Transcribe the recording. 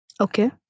Okay